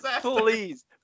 Please